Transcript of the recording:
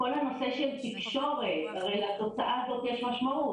כל הנושא של תקשורת, הרי לתוצאה הזאת יש משמעות.